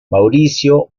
mauricio